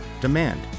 demand